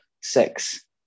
six